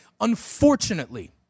Unfortunately